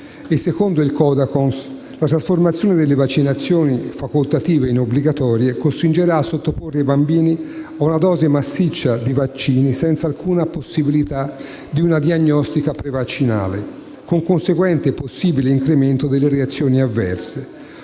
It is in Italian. secondo il Codacons, la trasformazione delle vaccinazioni facoltative in obbligatorie costringerà a sottoporre i bambini ad una dose massiccia di vaccini senza alcuna possibilità di una diagnostica prevaccinale con conseguente e possibile incremento delle reazioni avverse.